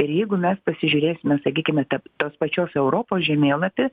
ir jeigu mes pasižiūrėsime sakykime ta tos pačios europos žemėlapį